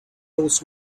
goes